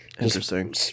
Interesting